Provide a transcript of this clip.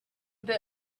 bit